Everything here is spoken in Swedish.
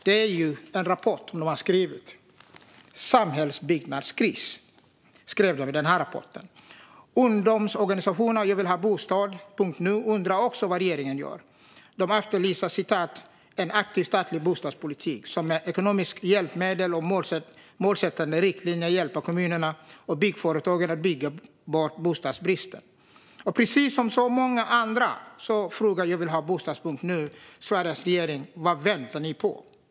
Detta handlar om en rapport som Veidekke har skrivit, där man alltså talar om samhällsbyggnadskris. Ungdomsorganisationen Jagvillhabostad.nu undrar också vad regeringen gör. De efterlyser "en aktiv statlig bostadspolitik som med ekonomiska hjälpmedel och målsättande riktlinjer hjälper kommunerna och byggföretagen att bygga bort bostadsbristen." Och precis som så många andra frågar Jagvillhabostad.nu: "Regeringen, vad väntar ni på?"